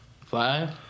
Five